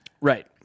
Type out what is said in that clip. Right